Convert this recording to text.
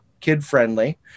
kid-friendly